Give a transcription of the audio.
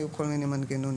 היו כל מיני מנגנונים.